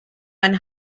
ein